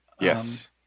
yes